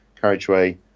carriageway